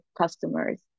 customers